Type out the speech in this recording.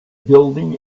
building